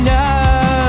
now